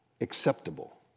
acceptable